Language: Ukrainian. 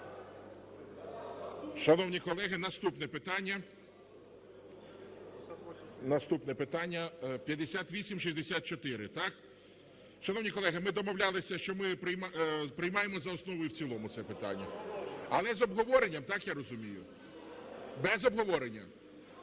наступне питання. Наступне питання, 5864. Шановні колеги, ми домовлялися, що ми приймаємо за основу і в цілому це питання. Але з обговоренням, так я розумію? Без обговорення?